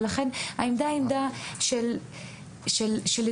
ולכן העמדה היא עמדה של התדיינות,